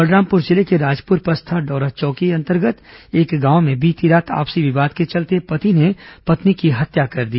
बलरामपुर जिले के राजपुर पस्ता डौरा चौकी अंतर्गत एक गांव में बीती रात आपसी विवाद के चलते पति ने पत्नी की हत्या कर दी